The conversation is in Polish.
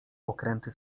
okręty